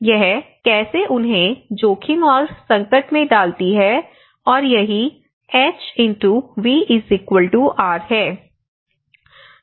यह कैसे उन्हें जोखिम और संकट में डालती है और यही H V R है